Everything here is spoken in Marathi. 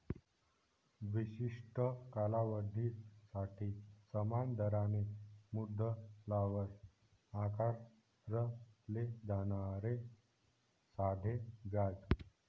विशिष्ट कालावधीसाठी समान दराने मुद्दलावर आकारले जाणारे साधे व्याज